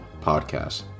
Podcast